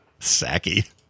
sacky